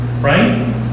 right